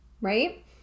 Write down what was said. right